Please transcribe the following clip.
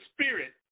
spirit